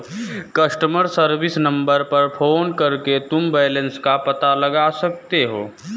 customer service number पर phone करके तुम बैलन्स का पता लगा सकते हो